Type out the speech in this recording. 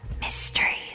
Mysteries